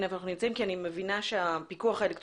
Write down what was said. היכן אנחנו עומדים כי אני מבינה שהפיקוח האלקטרוני